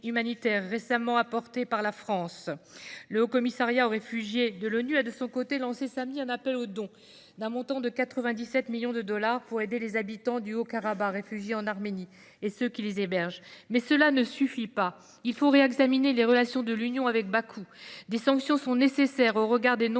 récemment accordées par la France. Le Haut-Commissariat aux réfugiés (HCR) de l’ONU a, de son côté, lancé samedi dernier un appel aux dons d’un montant de 97 millions de dollars pour aider les habitants du Haut-Karabagh réfugiés en Arménie et ceux qui les hébergent. Mais cela ne suffit pas. Il faut réexaminer les relations de l’Union européenne avec Bakou. Des sanctions sont nécessaires au regard des nombreux